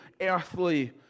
earthly